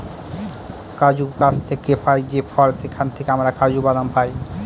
কাজু গাছ থেকে পাই যে ফল সেখান থেকে আমরা কাজু বাদাম পাই